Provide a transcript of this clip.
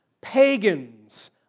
Pagans